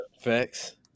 Facts